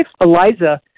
Eliza